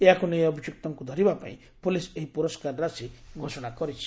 ଏହାକୁ ନେଇ ଅଭିଯୁକ୍ତଙ୍କୁ ଧରିବା ପାଇଁ ପୋଲିସ ଏହି ପୁରସ୍କାର ରାଶି ଘୋଷଣା କରିଛି